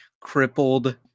crippled